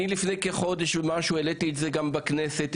לפני כחודש ומשהו העליתי את זה גם בכנסת,